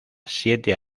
siete